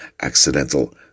accidental